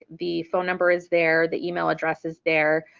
the phone number is there, the email address is there.